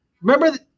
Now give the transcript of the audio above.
remember